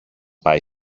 πάει